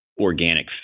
organic